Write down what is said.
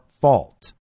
fault